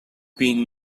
been